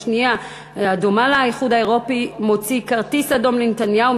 והשנייה דומה לה: האיחוד האירופי מוציא כרטיס אדום לנתניהו,